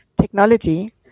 technology